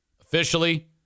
officially